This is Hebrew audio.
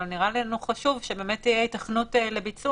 אבל נראה לנו חשוב שתהיה היתכנות לביצוע.